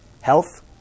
health